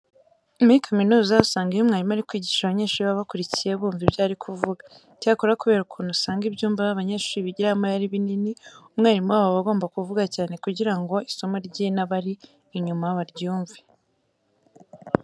Muri kaminuza usanga iyo umwarimu ari kwigisha abanyeshuri baba bakurikiye bumva ibyo ari kuvuga. Icyakora kubera ukuntu usanga ibyumba abanyeshuri bigiramo biba ari binini, umwarimu wabo aba agomba kuvuga cyane kugira ngo isomo rye n'abari inyuma baryumve.